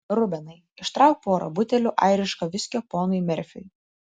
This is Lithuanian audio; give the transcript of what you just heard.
rubenai ištrauk porą butelių airiško viskio ponui merfiui